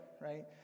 right